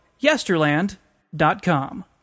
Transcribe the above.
Yesterland.com